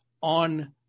on